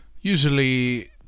Usually